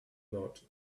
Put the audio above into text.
not